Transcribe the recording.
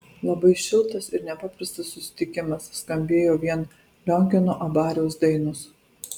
labai šiltas ir nepaprastas susitikimas skambėjo vien liongino abariaus dainos